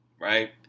right